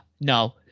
no